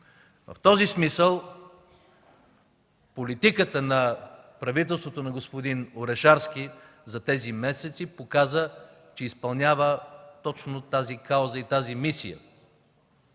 В този смисъл политиката на правителството на господин Орешарски за тези месеци показа, че изпълнява точно тази кауза и тази мисия